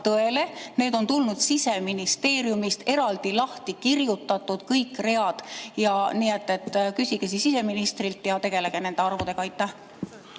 need on tulnud Siseministeeriumist, eraldi lahti kirjutatud kõik read. Küsige siis ise ministrilt ja tegelege nende arvudega.